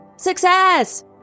Success